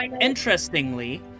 interestingly